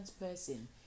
person